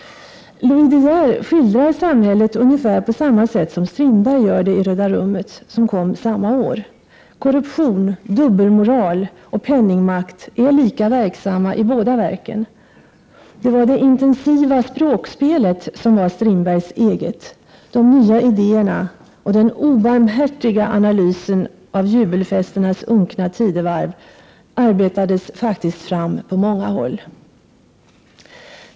Louis de Geer skildrar samhället ungefär på samma sätt som Strindberg gör det i ”Röda rummet”, som kom samma år. Korruption, dubbelmoral och penningmakt är lika verksamma i båda verken. Det var det intensiva språkspelet som var Strindbergs eget. De nya idéerna och den obarmhärtiga analysen av jubelfesternas unkna tidevarv arbetades faktiskt fram på många håll.